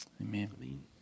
Amen